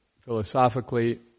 philosophically